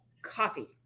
Coffee